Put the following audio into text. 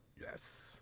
Yes